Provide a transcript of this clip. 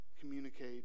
communicate